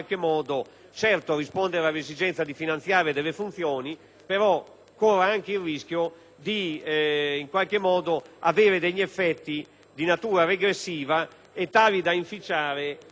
correre il rischio di determinare effetti di natura regressiva e tali da inficiare la progressività ed unitarietà del tributo stesso.